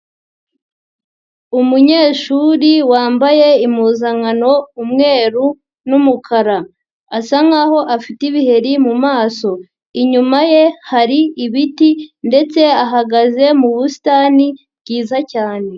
Umunyeshuri wambaye impuzankano umweru n'umukara asa nkaho afite ibiheri mu maso, inyuma ye hari ibiti ndetse ahagaze mu busitani bwiza cyane.